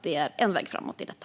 Det är en väg framåt i detta.